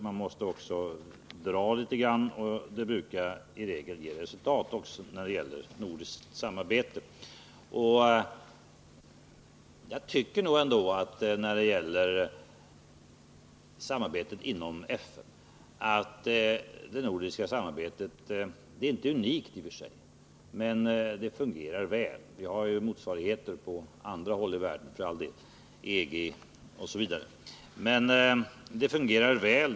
Man måste också dra litet grand. Det brukar i regel ge resultat också när det gäller nordiskt samarbete. Jag tycker att det nordiska samarbetet inom FN, även om det inte är unikt i och för sig, ändå fungerar väl.